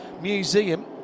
museum